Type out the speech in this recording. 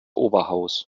oberhaus